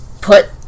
put